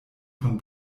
von